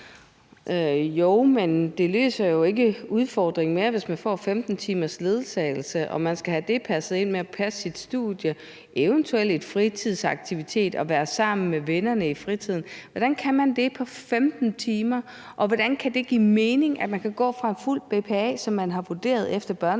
(SF): Det løser jo ikke udfordringen, at man får 15 timers ledsagelse og skal have det passet ind med at passe et studie og eventuelt en fritidsaktivitet og det at være sammen med vennerne i fritiden. Hvordan kan man det på 15 timer? Og hvordan kan det give mening, at man kan gå fra en fuld BPA-ordning, som er vurderet efter børnebestemmelserne,